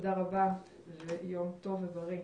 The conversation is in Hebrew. תודה רבה ויום טוב ובריא.